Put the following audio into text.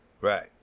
Right